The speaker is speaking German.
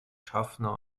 schaffner